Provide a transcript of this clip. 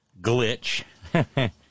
glitch